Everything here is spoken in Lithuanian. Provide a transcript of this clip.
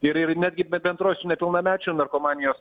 ir ir netgi be bendroj su nepilnamečių narkomanijos